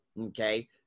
okay